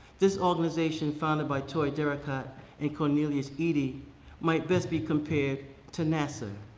this organization founded by toi derricotte and cornelius eady might best be compared to nasa.